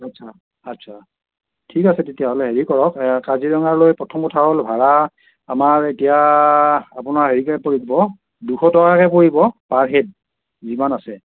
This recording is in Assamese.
আচ্ছা আচ্ছা ঠিক আছে তেতিয়াহ'লে হেৰি কৰক কাজিৰঙালৈ প্ৰথম কথা হ'ল ভাড়া আমাৰ এতিয়া আপোনাৰ হেৰিকৈ পৰিব দুশ টকাকৈ পৰিব পাৰ হেড যিমান আছে